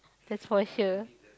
that's for sure